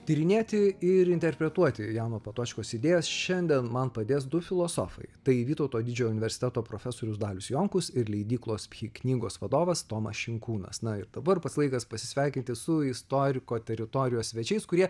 tyrinėti ir interpretuoti jano potočkos idėjas šiandien man padės du filosofai tai vytauto didžiojo universiteto profesorius dalius jonkus ir leidyklos pchy knygos vadovas tomas šinkūnas na ir dabar pats laikas pasisveikinti su istoriko teritorijos svečiais kurie